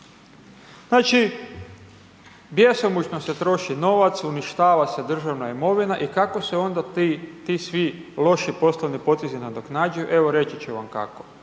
Znači, bjesomučno se troši novac, uništava se državna imovina i kako se onda ti svi loši poslovni potezi nadoknađuju? Evo reći ću vam kako.